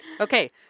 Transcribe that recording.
Okay